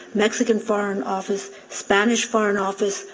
mexican foreign office, spanish foreign office,